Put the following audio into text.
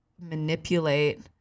manipulate